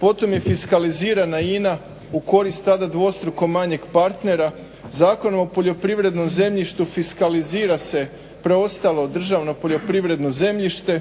potom je fiskalizirana Ina u korist tada dvostruko manjeg partnera, Zakon o poljoprivrednom zemljištu fiskalizira se preostalo državno poljoprivredno zemljište.